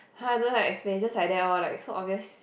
!huh! don't have explanation just like that lor like so obvious